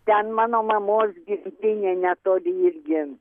ten mano mamos gimtinė netoli irgi